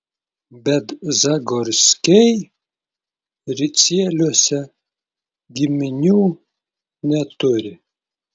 bet zagorskiai ricieliuose giminių neturi